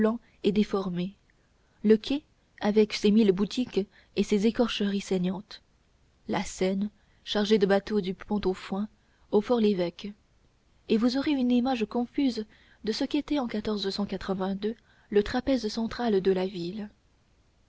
et déformés le quai avec ses mille boutiques et ses écorcheries saignantes la seine chargée de bateaux du port au foin au for lévêque et vous aurez une image confuse de ce qu'était en le trapèze central de la ville